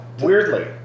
Weirdly